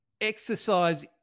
exercise